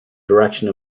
direction